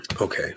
Okay